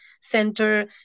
center